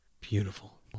Beautiful